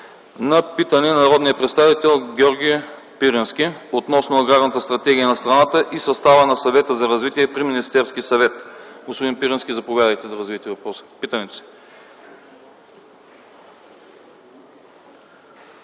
на питане от народния представител Георги Пирински относно Аграрната стратегия на страната и състава на Съвета за развитие при Министерския съвет. Господин Пирински, заповядайте да развиете питането си.